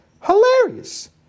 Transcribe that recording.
Hilarious